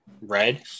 red